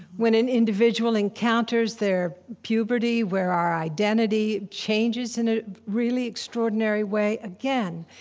when an individual encounters their puberty, where our identity changes in a really extraordinary way, again,